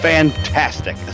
Fantastic